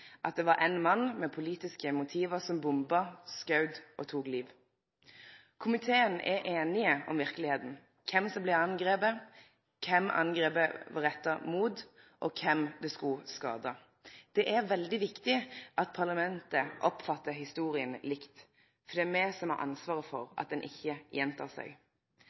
at det var éin mann med politiske motiv som bomba, skaut og tok liv. I komiteen er ein einige om verkelegheita; kven som blei angripne, kven angrepet blei retta mot, og kven det skulle skade. Det er veldig viktig at me i parlamentet oppfattar historia likt, for det er me som har ansvaret for at ho ikkje gjentek seg.